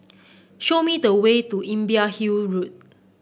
show me the way to Imbiah Hill Road